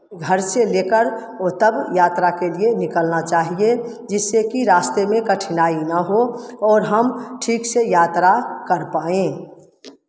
घर से लेकर वो तब यात्रा के लिए निकलना चाहिए जिससे की रास्ते में कठिनाई ना हो और हम ठीक से यात्रा कर पाएँ